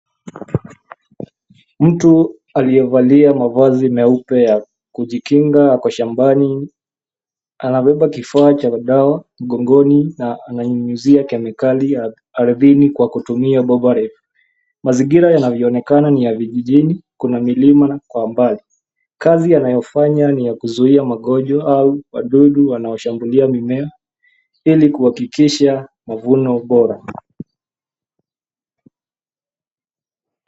Mtu aliyevalia mavazi meupe ya kujikinga ako shambani. Anabeba kifaa cha dawa mgongoni na ananyunyizia kemikali ya ardhini kwa kutumia boba refu. Mazingira yanavyoonekana ni ya vijijini. Kuna milima kwa mbali. Kazi anayofanya ni ya kuzuia magonjwa au wadudu wanaoshambulia mimea ili kuhakikisha mavuno bora.